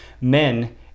men